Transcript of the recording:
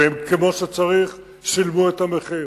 וכמו שצריך, הם שילמו את המחיר.